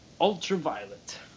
Ultraviolet